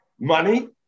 Money